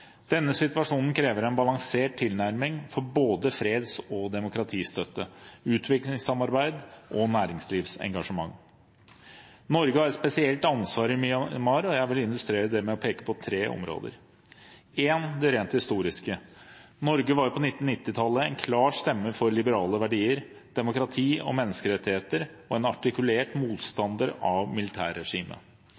balansert tilnærming til både freds- og demokratistøtte, utviklingssamarbeid og næringslivsengasjement. Norge har et spesielt ansvar i Myanmar, og jeg vil illustrere det med å peke på tre områder. Det første er det rent historiske. Norge var på 1990-tallet en klar stemme for liberale verdier, demokrati og menneskerettigheter og en artikulert